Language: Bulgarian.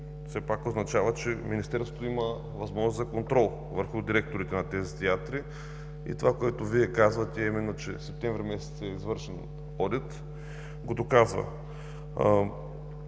все пак означава, че Министерството има възможност за контрол върху директорите на тези театри. Това, което казвате, а именно че септември месец е извършен одит, го доказва.